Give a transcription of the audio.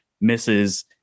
misses